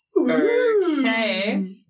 Okay